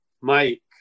Mike